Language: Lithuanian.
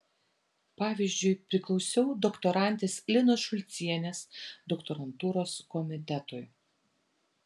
pavyzdžiui priklausiau doktorantės linos šulcienės doktorantūros komitetui